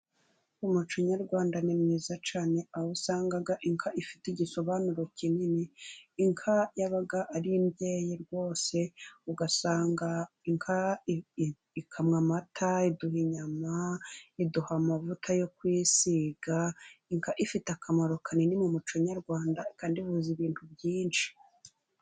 Umuco nyarwanda ni mwiza cyane, aho usanga inka ifite igisobanuro kinini, inka yabaga ari imbyeyi rwose, ugasanga inka ikamwa amata, iduha inyama, iduha amavuta yo kwisiga, inka ifite akamaro kanini mu muco nyarwanda, inka ihuza ibintu byinshi.